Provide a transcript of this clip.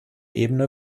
ebene